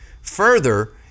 Further